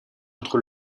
entre